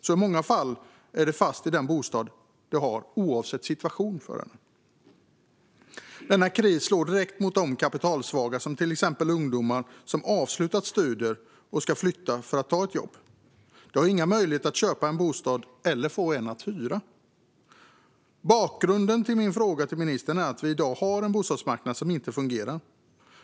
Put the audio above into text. I många fall är man fast i den bostad man har, oavsett situation. Denna kris slår direkt mot de kapitalsvaga, till exempel ungdomar som har avslutat studier och ska flytta för att ta ett jobb. De har inga möjligheter att köpa en bostad eller att hyra en. Bakgrunden till min fråga till ministern är att vi i dag har en bostadsmarknad som inte fungerar.